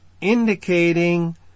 indicating